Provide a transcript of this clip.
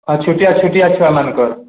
ହଁ ଛୋଟିଆ ଛୋଟିଆ ଛୁଆମାନଙ୍କର